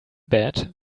bad